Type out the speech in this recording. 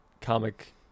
comic